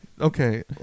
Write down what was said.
Okay